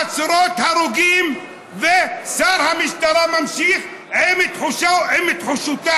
עשרות הרוגים ושר המשטרה ממשיך עם תחושותיו.